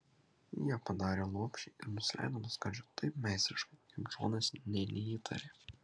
jie padarė lopšį ir nusileido nuo skardžio taip meistriškai kaip džonas nė neįtarė